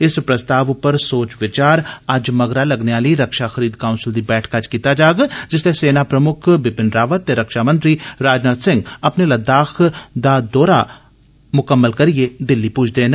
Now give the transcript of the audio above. इस प्रस्ताव पर सोच विचार अज्ज मगरा लगने आली रक्षा खरीद काउंसल दी बैठका च कीता जाग जिस्सलै सेना प्रमुक्ख बिपिन रावत ते रक्षा मंत्री राजनाथ सिंह अपने लद्दाख दौरा परां दिल्ली पुज्जदे न